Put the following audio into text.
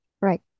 Right